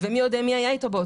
ומי יודע מי היה איתו.